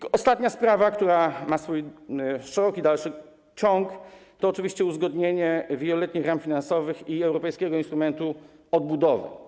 I ostatnia sprawa, która ma swój dalszy ciąg, to oczywiście uzgodnienie wieloletnich ram finansowych i europejskiego instrumentu odbudowy.